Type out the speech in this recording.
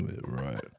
Right